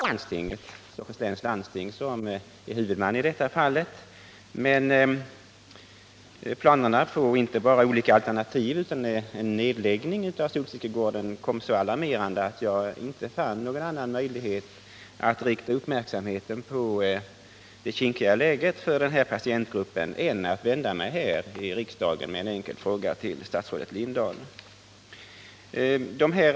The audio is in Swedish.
Herr talman! Jag ber att få tacka statsrådet Lindahl för svaret på min fråga. Jag hoppas att jag inte tar miste när jag tycker mig kunna läsa en positiv inställning till den här frågan från statsrådets och därmed också från departementets sida. Jag är självfallet medveten om att det är Stockholms läns landsting som är huvudman i detta fall, men planerna på att inte bara överväga olika alternativ beträffande Solstickegårdens framtid utan också att låta en nedläggning av gården omfattas av dessa alternativ var så alarmerande, att jag inte fann någon annan möjlighet att rikta uppmärksamheten på det kinkiga läget för den berörda patientgruppen än att här i riksdagen vända mig till statsrådet Lindahl med denna fråga.